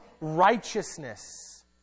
righteousness